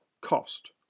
cost